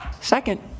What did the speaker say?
Second